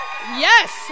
Yes